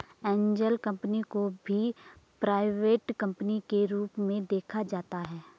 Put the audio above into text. angel company को भी private company के रूप में देखा जाता है